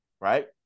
right